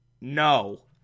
No